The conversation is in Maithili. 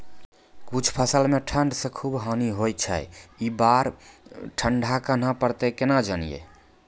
कुछ फसल मे ठंड से खूब हानि होय छैय ई बार ठंडा कहना परतै केना जानये?